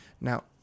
Now